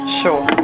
sure